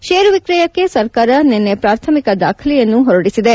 ಷೇರು ವಿಕ್ರಯಕ್ಕೆ ಸರ್ಕಾರ ನಿನ್ನೆ ಪ್ರಾಥಮಿಕ ದಾಖಲೆಯನ್ನು ಹೊರಡಿಸಿದೆ